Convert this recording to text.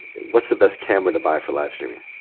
what's the best camera to buy for live streaming.